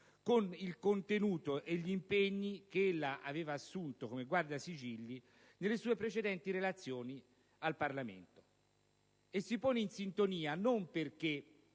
con il contenuto e gli impegni da lei assunti come Guardasigilli nelle sue precedenti relazioni al Parlamento. Si pone in sintonia non perché